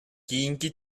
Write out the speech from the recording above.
кийинки